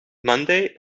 monday